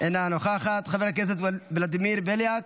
אינה נוכחת, חבר הכנסת ולדימיר בליאק,